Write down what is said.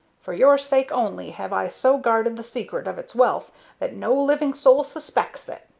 for your sake only have i so guarded the secret of its wealth that no living soul suspects it.